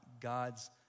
God's